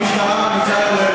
אומרים במשטרה,